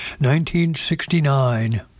1969